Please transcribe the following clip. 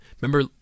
remember